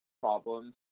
problems